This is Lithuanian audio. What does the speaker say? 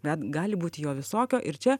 bet gali būti jo visokio ir čia